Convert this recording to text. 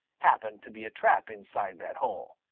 happen to be a trap inside that hole.